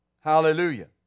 hallelujah